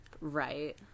Right